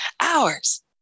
Hours